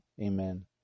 Amen